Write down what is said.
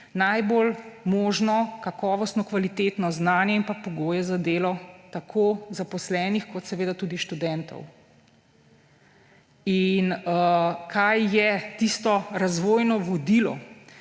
najbolj možno kakovostno, kvalitetno znanje in pogoje za delo tako zaposlenih kot seveda tudi študentov. Kaj je tisto razvojno vodilo